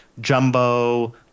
jumbo